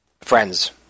Friends